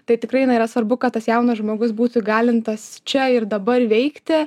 tai tikrai na yra svarbu kad tas jaunas žmogus būtų įgalintas čia ir dabar veikti